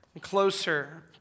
closer